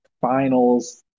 Finals